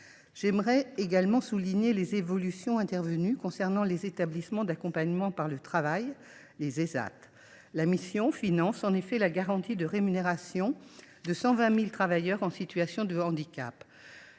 J’aimerais également souligner les évolutions intervenues concernant les établissements et services d’aide par le travail (Ésat). La mission finance en effet la garantie de rémunération de 120 000 travailleurs en situation de handicap.